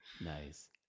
Nice